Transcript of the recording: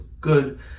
good